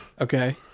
Okay